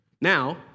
Now